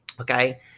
Okay